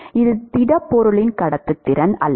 இது திடப்பொருளின் கடத்துத்திறன் அல்ல